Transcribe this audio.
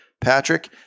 Patrick